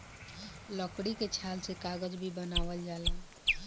लकड़ी के छाल से कागज भी बनावल जाला